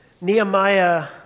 Nehemiah